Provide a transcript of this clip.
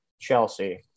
Chelsea